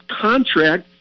contract